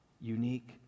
unique